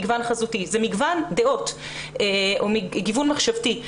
זה מגוון דעות או גיוון מחשבתי.